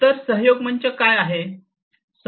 तर सहयोग मंच काय आहे